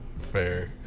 Fair